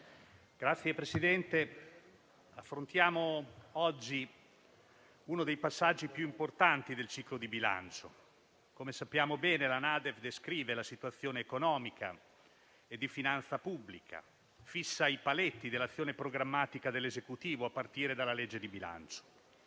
Signor Presidente, affrontiamo oggi uno dei passaggi più importanti del ciclo di bilancio. Come sappiamo bene, la NADEF descrive la situazione economica e di finanza pubblica e fissa i paletti dell'azione programmatica dell'Esecutivo, a partire dalla legge di bilancio.